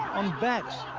on backs,